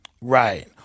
Right